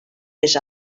més